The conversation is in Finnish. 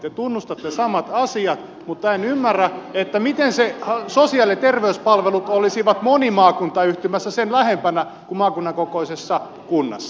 te tunnustatte samat asiat mutta en ymmärrä miten sosiaali ja terveyspalvelut olisivat monimaakuntayhtymässä sen lähempänä kuin maakunnan kokoisessa kunnassa